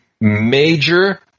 major